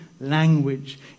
language